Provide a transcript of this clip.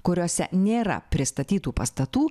kuriose nėra pristatytų pastatų